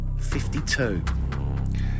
52